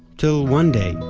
till one day,